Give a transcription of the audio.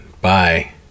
Bye